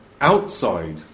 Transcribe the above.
outside